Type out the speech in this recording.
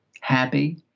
happy